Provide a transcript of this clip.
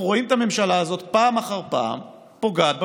אנחנו רואים את הממשלה הזאת פעם אחר פעם פוגעת בביטחון.